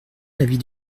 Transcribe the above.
l’avis